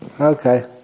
Okay